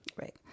right